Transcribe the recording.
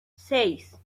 seis